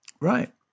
Right